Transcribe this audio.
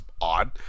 odd